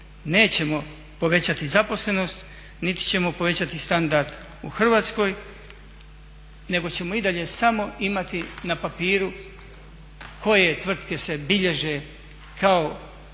nećemo povećati zaposlenost niti ćemo povećati standard u Hrvatskoj, nego ćemo i dalje samo imati na papiru koje tvrtke se bilježe kao